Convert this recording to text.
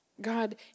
God